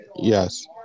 Yes